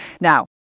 Now